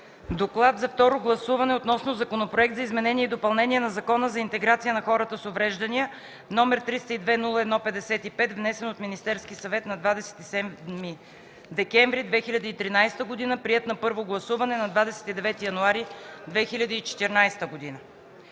„Доклад за второ гласуване относно Законопроект за изменение и допълнение на Закона за интеграция на хората с увреждания, № 302-01-55, внесен от Министерския съвет на 27 декември 2013 г., приет на първо гласуване на 29 януари 2014 г.